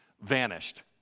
vanished